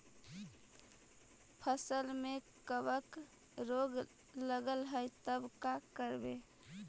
फसल में कबक रोग लगल है तब का करबै